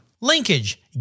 Linkage